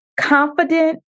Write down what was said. confident